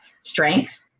strength